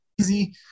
easy